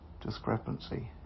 discrepancy